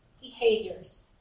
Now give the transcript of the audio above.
behaviors